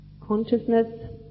consciousness